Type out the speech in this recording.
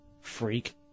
freak